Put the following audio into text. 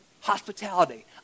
hospitality